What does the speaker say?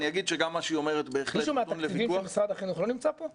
אני אגיד שגם מה שהיא אומרת בהחלט נתון לוויכוח.